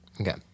Okay